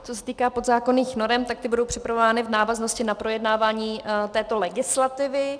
Co se týká podzákonných norem, ty budou připravovány v návaznosti na projednávání této legislativy.